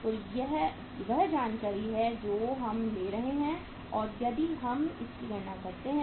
तो यह वह जानकारी है जो हम ले रहे हैं और यदि हम इसकी गणना करते हैं